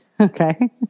Okay